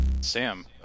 Sam